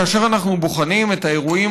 כאשר אנחנו בוחנים את האירועים